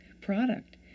product